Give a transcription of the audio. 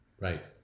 Right